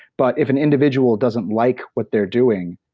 but if an individual doesn't like what they're doing,